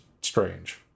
strange